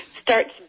starts